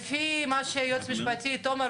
הלכנו לפי בקשות שלכם.